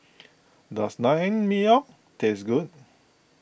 does Naengmyeon taste good